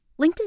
linkedin